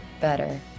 better